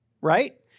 right